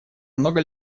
много